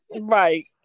Right